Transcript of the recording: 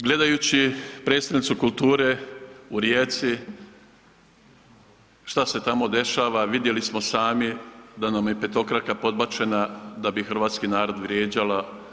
Gledajući prijestolnicu kulture u Rijeci, što se tamo dešava, vidjeli smo sami da nam je petokraka podbačena da bi hrvatski narod vrijeđala.